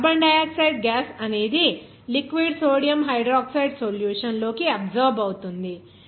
ఇప్పుడు carbon dioxide gas అనేది liquid sodium hydroxide solution లోకి అబ్సర్బ్ అవుతుంది